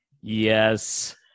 Yes